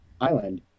island